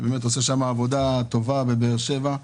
שעושה עבודה טובה בבאר שבע.